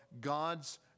God's